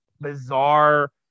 bizarre